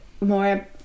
more